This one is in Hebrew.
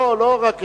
לא רק אחד.